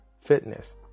fitness